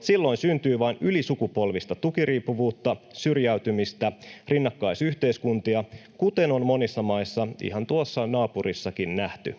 Silloin syntyy vain ylisukupolvista tukiriippuvuutta, syrjäytymistä, rinnakkaisyhteiskuntia, kuten on monissa maissa, ihan tuossa naapurissakin, nähty.